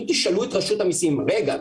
אם תשאלו את רשות המיסים: רגע,